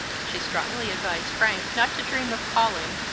she strongly advised frank not to dream of calling,